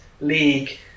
league